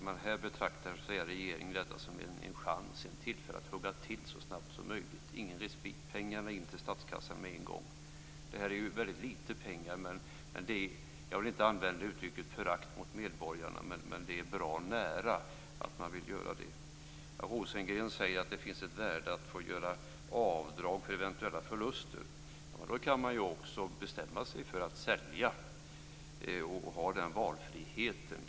Men här betraktar regeringen detta som en chans, ett tillfälle, att hugga till så snabbt som möjligt. Det ges ingen respit. Pengarna skall in till statskassan med en gång. Detta är ju väldigt lite pengar. Jag vill inte använda uttrycket förakt mot medborgarna, men det är bra nära att man vill göra det. Rosengren säger att det finns ett värde i att få göra avdrag för eventuella förluster. Då kan man ju också bestämma sig för att sälja. Den valfriheten borde man ha.